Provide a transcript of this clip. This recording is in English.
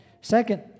Second